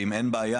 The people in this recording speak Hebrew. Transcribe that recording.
שאם אין בעיה,